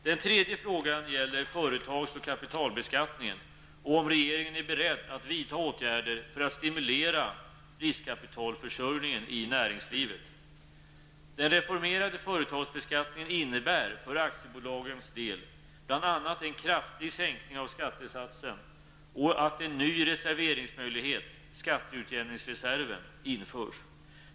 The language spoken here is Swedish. Den tredje frågan gäller företags och kapitalbeskattningen och om regeringen är beredd att vidta åtgärder för att stimulera riskkapitalförsörjningen i näringslivet. Den reformerade företagsbeskattningen innebär för aktiebolagens del bl.a. en kraftig sänkning av skattesatsen och att en ny reserveringsmöjlighet, skatteutjämningsreserven, införs.